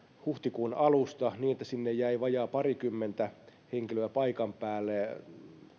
huhtikuun alusta niin että sinne jäi vajaa parikymmentä henkilöä paikan päälle